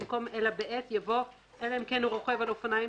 במקום "אלא בעת" יבוא "אלא אם כן רוכב על האופניים